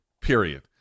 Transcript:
period